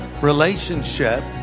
Relationship